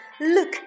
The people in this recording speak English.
Look